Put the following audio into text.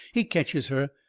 he ketches her.